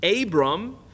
Abram